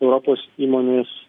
europos įmonės